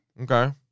Okay